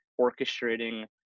orchestrating